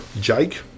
Jake